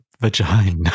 vagina